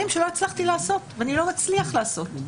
שלא הצלחתי לעשות ואני לא מצליח לעשות.